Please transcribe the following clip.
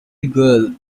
girl